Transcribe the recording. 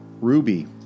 Ruby